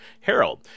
Harold